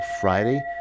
Friday